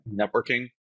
networking